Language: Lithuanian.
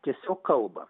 tiesiog kalba